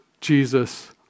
Jesus